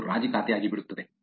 ಅದು ರಾಜಿ ಖಾತೆ ಆಗಿಬಿಡುತ್ತದೆ